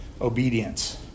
obedience